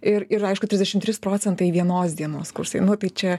ir ir aišku trisdešim trys procentai vienos dienos kursai nu tai čia